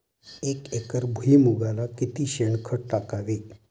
एक एकर भुईमुगाला किती शेणखत टाकावे?